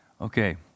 Okay